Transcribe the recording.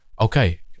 okay